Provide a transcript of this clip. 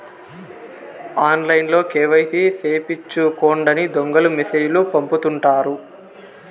ఆన్లైన్లో కేవైసీ సేపిచ్చుకోండని దొంగలు మెసేజ్ లు పంపుతుంటారు